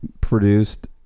Produced